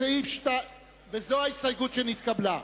זו ההסתייגות שנתקבלה: